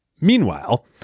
Meanwhile